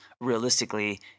realistically